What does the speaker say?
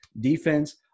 defense